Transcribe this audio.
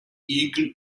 eagle